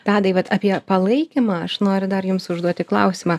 tadai vat apie palaikymą aš noriu dar jums užduoti klausimą